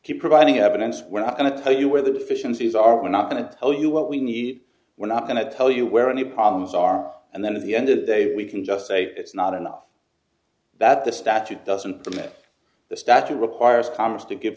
keep providing evidence when i'm going to tell you where the deficiencies are we're not going to tell you what we need we're not going to tell you where any problems are and then at the end of the day we can just say it's not enough that the statute doesn't permit the statute requires congress to give